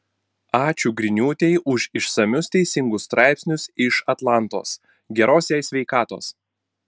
ačiū griniūtei už išsamius teisingus straipsnius iš atlantos geros jai sveikatos